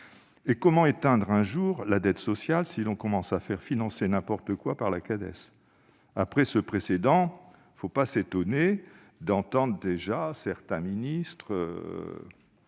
? Comment éteindre un jour la dette sociale si l'on commence à faire financer n'importe quoi par la Cades ? Avec un tel précédent, il ne faut pas s'étonner d'entendre déjà certains ministres-